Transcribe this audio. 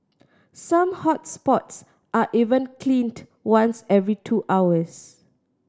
some hot spots are even cleaned once every two hours